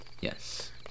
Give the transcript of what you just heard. Yes